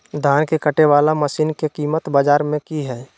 धान के कटे बाला मसीन के कीमत बाजार में की हाय?